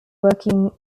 working